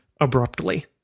abruptly